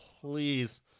please